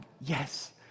yes